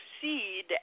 proceed